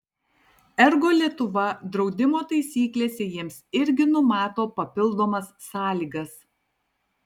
ergo lietuva draudimo taisyklėse jiems irgi numato papildomas sąlygas